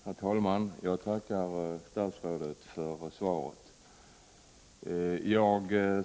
Herr talman! Jag tackar statsrådet för svaret.